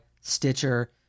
Stitcher